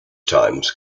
times